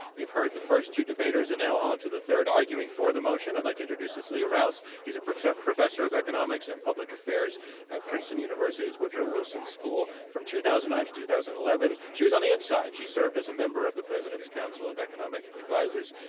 you've heard the first two debaters and now onto the third. arguing for the motion, i'd like to introduce cecilia rouse. she's a professor professor of economics and public affairs at princeton university's woodrow wilson school. from two thousand and nine to two thousand and eleven, she was on the inside. she served as a member of the president's council of economic advisors.